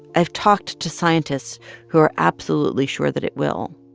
i've talked to scientists who are absolutely sure that it will.